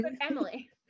Emily